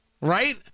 right